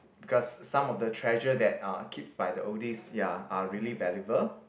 because some of the treasure that uh keeps by the oldies ya are really valuable